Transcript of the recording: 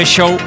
Show